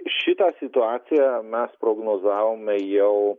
šitą situaciją mes prognozavome jau